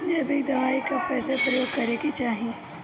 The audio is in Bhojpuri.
जैविक दवाई कब कैसे प्रयोग करे के चाही?